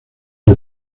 del